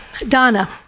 Donna